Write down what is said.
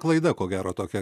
klaida ko gero tokia